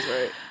right